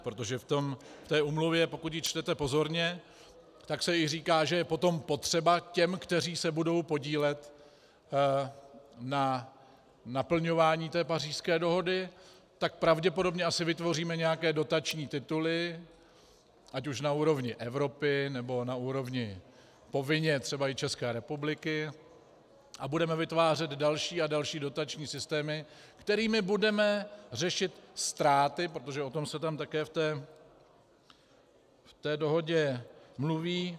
Protože v té úmluvě, pokud ji čtete pozorně, tak se i říká, že je potom potřeba těm, kteří se budou podílet na naplňování té Pařížské dohody, tak pravděpodobně asi vytvoříme nějaké dotační tituly ať už na úrovni Evropy, nebo na úrovni povinně třeba i České republiky, a budeme vytvářet další a další dotační systémy, kterými budeme řešit ztráty, protože o tom se tam také v té dohodě mluví.